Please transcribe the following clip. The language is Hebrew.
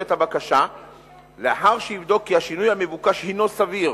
את הבקשה לאחר שיבדוק כי השינוי המבוקש הינו סביר